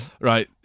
Right